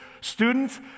students